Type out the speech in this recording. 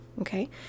Okay